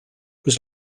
was